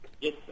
yes